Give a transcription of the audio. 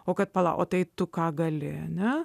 o kad pala o tai tu ką gali ne